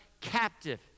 captive